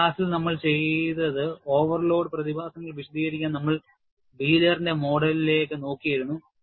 ഈ ക്ലാസ്സിൽ നമ്മൾ ചെയ്തത് ഓവർലോഡ് പ്രതിഭാസങ്ങൾ വിശദീകരിക്കാൻ നമ്മൾ വീലറിന്റെ മോഡലിലേക്ക് നോക്കിയിരുന്നു